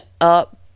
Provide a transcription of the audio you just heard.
up